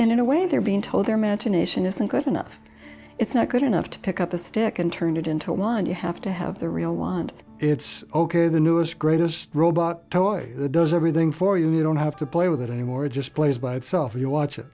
act in a way they're being told their magination isn't good enough it's not good enough to pick up a stick and turn it into one you have to have the real one and it's ok the newest greatest robot toy does everything for you you don't have to play with it anymore it just plays by itself you watch it